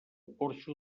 porxo